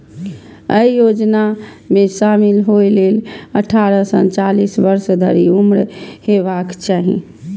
अय योजना मे शामिल होइ लेल अट्ठारह सं चालीस वर्ष धरि उम्र हेबाक चाही